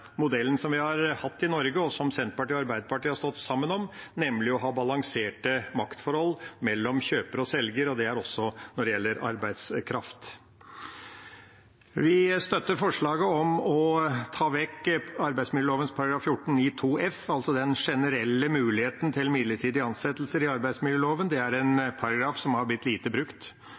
modellen som vi har hatt i Norge, og som Senterpartiet og Arbeiderpartiet har stått sammen om, nemlig å ha balanserte maktforhold mellom kjøper og selger, også når det gjelder arbeidskraft. Vi støtter forslaget om å ta vekk arbeidsmiljøloven § 14-9 andre ledd bokstav f, altså den generelle muligheten til midlertidige ansettelser i arbeidsmiljøloven. Det er en paragraf som har blitt lite brukt,